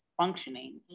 functioning